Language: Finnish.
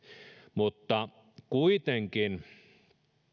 mutta kuitenkin